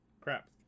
Crap